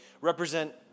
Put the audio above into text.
represent